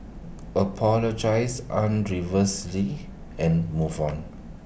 apologise an reversely and move on